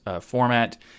format